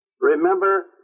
Remember